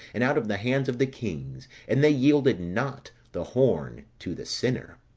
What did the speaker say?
and out of the hands of the kings and they yielded not the horn to the sinner.